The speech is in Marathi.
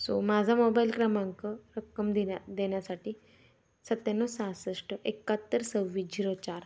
सो माझा मोबाईल क्रमांक रक्कम देण्या देण्यासाठी सत्त्याण्ण व सहासष्ट एकाहत्तर सव्वीस झिरो चार